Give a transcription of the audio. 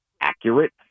accurate